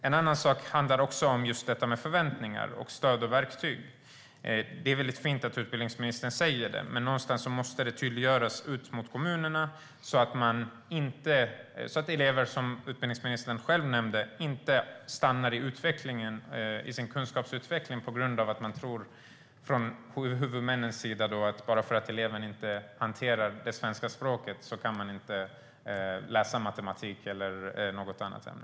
En annan sak handlar om detta med förväntningar, stöd och verktyg. Det är fint att utbildningsministern säger detta. Men någonstans måste det tydliggöras ut mot kommunerna, så att elever inte - som utbildningsministern själv nämnde - stannar i sin kunskapsutveckling på grund av att huvudmännen tror att bara därför att eleven inte hanterar det svenska språket kan eleven inte läsa matematik eller något annat ämne.